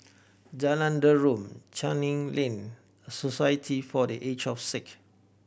Jalan Derum Canning Lane Society for The Aged of Sick